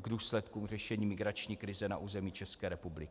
důsledku řešení migrační krize na území České republiky.